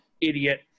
idiot